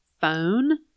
phone